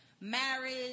marriage